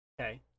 Okay